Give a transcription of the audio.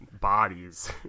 Bodies